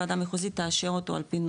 וועדה מחוזית תאשר אותו על פי נוהל,